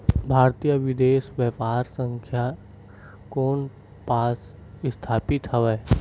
भारतीय विदेश व्यापार संस्था कोन पास स्थापित हवएं?